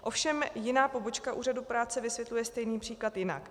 Ovšem jiná pobočka úřadu práce vysvětluje stejný příklad jinak.